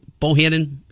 Bohannon